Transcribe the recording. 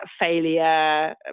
failure